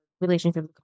relationship